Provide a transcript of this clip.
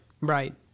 Right